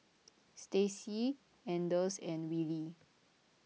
Stacia anders and Willie